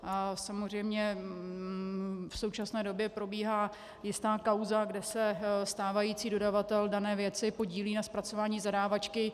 A samozřejmě v současné době probíhá jistá kauza, kde se stávající dodavatel dané věci podílí na zpracování zadávačky.